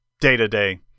day-to-day